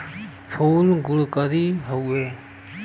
फूल गुणकारी हउवे